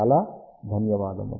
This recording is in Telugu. చాలా ధన్యవాదములు